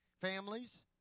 families